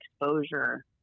exposure